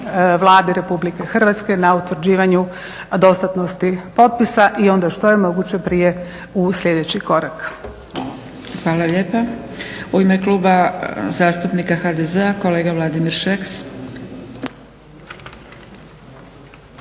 Vladi Republike Hrvatske na utvrđivanju dostatnosti potpisa i onda što je moguće prije u sljedeći korak. Hvala. **Zgrebec, Dragica (SDP)** Hvala lijepa. U ime Kluba zastupnika HDZ-a kolega Vladimir Šeks.